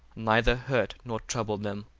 neither hurt nor troubled them.